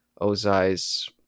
Ozai's